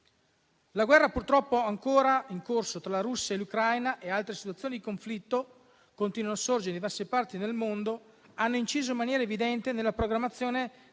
La guerra purtroppo ancora in corso tra la Russia e l'Ucraina e altre situazioni di conflitto che continuano a sorgere in diverse parti del mondo hanno inciso in maniera evidente nella programmazione